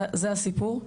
זה הסיפור.